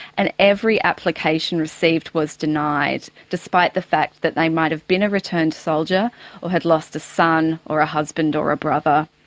and every application received was denied, despite the fact that they might have been a returned soldier or had lost a son or a husband or ah brother.